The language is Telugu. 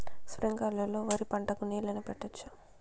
స్ప్రింక్లర్లు లో వరి పంటకు నీళ్ళని పెట్టొచ్చా?